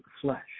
flesh